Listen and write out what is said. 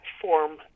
form